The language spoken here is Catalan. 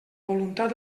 voluntat